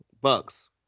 Bucks